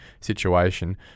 situation